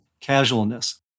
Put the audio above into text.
casualness